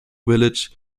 village